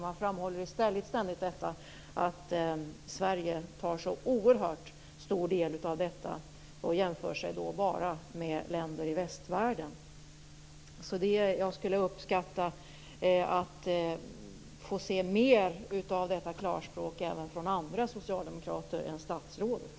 Man framhåller i stället ständigt att Sverige tar så oerhört stor del av detta och jämför då bara med länder i västvärlden. Jag skulle alltså uppskatta mer av detta klarspråk även från andra socialdemokrater än statsrådet.